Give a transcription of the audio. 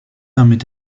damit